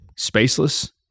spaceless